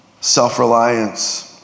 self-reliance